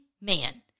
man